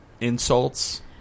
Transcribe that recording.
Insults